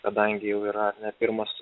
kadangi jau yra ne pirmos